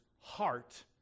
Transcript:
heart